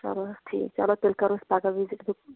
چَلو حظ ٹھیٖک چَلو تیٚلہِ کَرو أسۍ پَگاہ وِزِٹ تہٕ